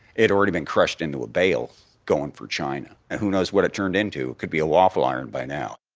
it had already been crushed into a bale going for china. and who knows what it turned into. could be a waffle iron by now